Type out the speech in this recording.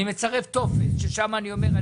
אני מצרף טופס ששם אני אומר,